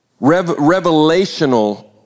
revelational